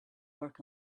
work